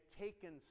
taken